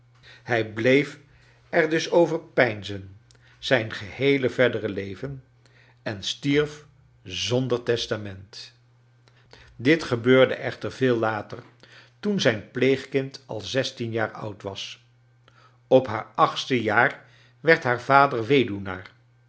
hij bleef er dus over peinzen zijn geheele verdere leven en stierf zonder testament dit gebeurde echter veel later toen zijn pleegkind al zestien jaar oud was op haar achtste jaar werd haar vader weduwnaar